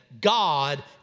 god